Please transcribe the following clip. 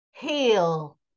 heal